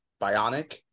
Bionic